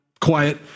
Quiet